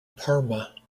parma